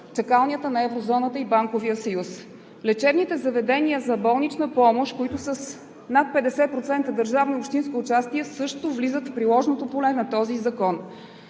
чакалнята на Еврозоната и Банковия съюз. Лечебните заведения за болнична помощ, които са с над 50% държавно и общинско участие, също влизат в приложното поле на този закон.